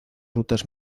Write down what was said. rutas